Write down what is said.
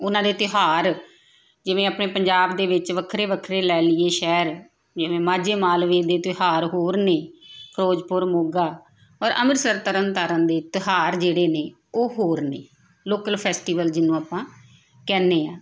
ਉਹਨਾਂ ਦੇ ਤਿਉਹਾਰ ਜਿਵੇਂ ਆਪਣੇ ਪੰਜਾਬ ਦੇ ਵਿੱਚ ਵੱਖਰੇ ਵੱਖਰੇ ਲੈ ਲਈਏ ਸ਼ਹਿਰ ਜਿਵੇਂ ਮਾਝੇ ਮਾਲਵੇ ਦੇ ਤਿਉਹਾਰ ਹੋਰ ਨੇ ਫਿਰੋਜ਼ਪੁਰ ਮੋਗਾ ਔਰ ਅੰਮ੍ਰਿਤਸਰ ਤਰਨ ਤਾਰਨ ਦੇ ਤਿਉਹਾਰ ਜਿਹੜੇ ਨੇ ਉਹ ਹੋਰ ਨੇ ਲੋਕਲ ਫੈਸਟੀਵਲ ਜਿਹਨੂੰ ਆਪਾਂ ਕਹਿੰਦੇ ਹਾਂ